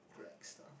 drag star